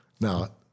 Now